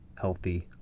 healthy